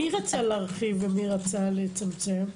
מי רצה להרחיב ומי רצה לצמצם?